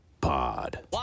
pod